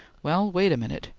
well, wait a minute.